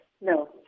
No